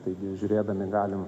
taigi žiūrėdami galim